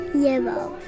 yellow